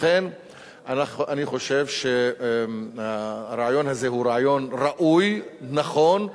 לכן אני חושב שהרעיון הזה הוא רעיון ראוי, נכון,